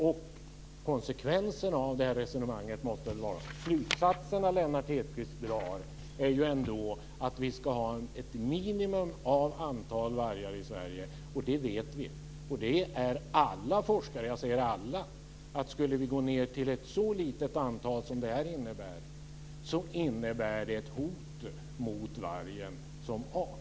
De slutsatser Lennart Hedquist drar av det resonemanget är ju ändå att vi ska ha ett minimalt antal vargar i Sverige. Det vet vi, och det är alla forskare eniga om, att skulle vi gå ned till ett så litet antal innebär det ett hot mot vargen som art.